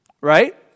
Right